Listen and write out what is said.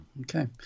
Okay